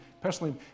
personally